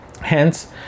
hence